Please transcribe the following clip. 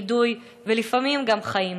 נידוי ולפעמים גם חיים.